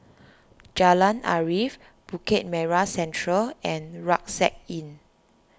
Jalan Arif Bukit Merah Central and Rucksack Inn